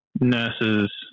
nurses